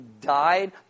died